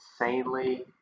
insanely